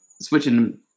switching